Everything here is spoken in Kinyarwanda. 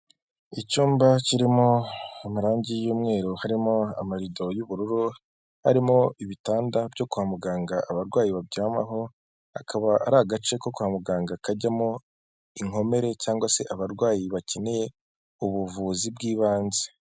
Icyumba kirimo amarangi y'umweru, harimo amarido y'ubururu, harimo ibitanda byo kwa muganga abarwayi baryamaho, akaba ari agace ko kwa muganga kajyamo inkomere cyangwa se abarwayi bakeneye ubuvuzi bw'ibanze.